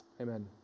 Amen